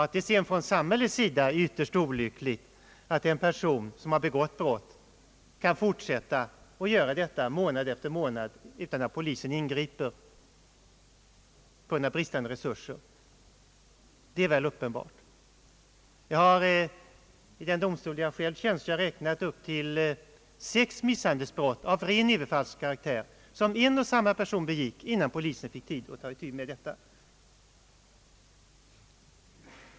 Att det sedan från samhällets sida är ytterst olyckligt att en person som har begått brott kan fortsätta att göra detta månad efter månad utan att polisen ingriper på grund av bristande resurser är väl uppenbart. Jag har vid den domstol där jag själv tjänstgör räknat upp till sex misshandelsbrott av ren överfallskaraktär, som en och samma person begick, innan han kunde lagföras inför domstol.